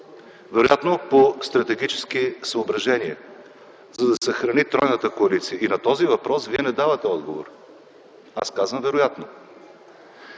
вероятно по стратегически съображения, за да се съхрани тройната коалиция. И на този въпрос Вие не давате отговор. Аз казвам „вероятно”.